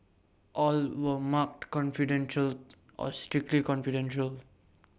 all were marked confidential or strictly confidential